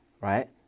right